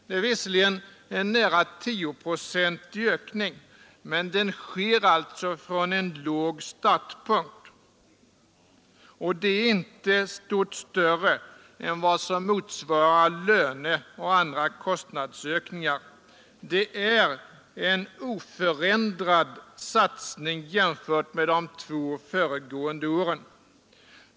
Det är visserligen en nära tioprocentig ökning, men den sker alltså från en låg startpunkt och den är inte mycket större än vad som motsvarar löneoch andra kostnader. Det är en oförändrad satsning jämförd med de två föregående åren.